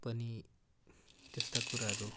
पनि त्यस्ता कुराहरू